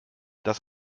dass